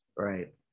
Right